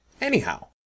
Anyhow